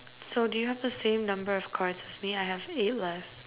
so do you have the same number of cards as me I have eight left